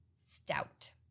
stout